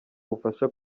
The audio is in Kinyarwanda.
ubufasha